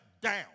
down